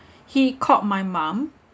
he called my mum